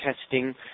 testing